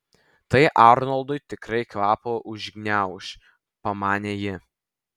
tai arnoldui tikrai kvapą užgniauš pamanė ji